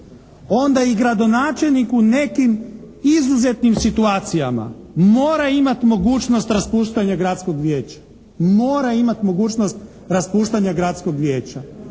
onda i gradonačelnik u nekim izuzetnim situacijama mora imat mogućnost raspuštanja gradskog vijeća.